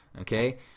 Okay